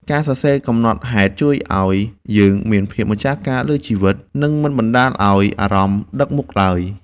ការសរសេរកំណត់ហេតុជួយឱ្យយើងមានភាពម្ចាស់ការលើជីវិត និងមិនបណ្ដោយឱ្យអារម្មណ៍ដឹកមុខឡើយ។